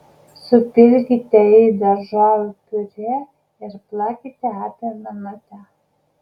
supilkite į daržovių piurė ir plakite apie minutę